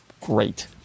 great